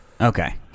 Okay